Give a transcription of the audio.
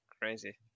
Crazy